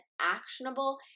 actionable